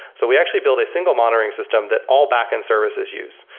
so we actually build a single monitoring system that all backend services use,